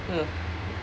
mm